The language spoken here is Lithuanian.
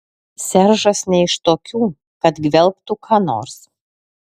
seržas ne iš tokių kad gvelbtų ką nors